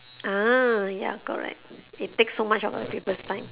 ah ya correct it takes so much of uh people's time